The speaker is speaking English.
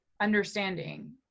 understanding